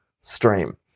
stream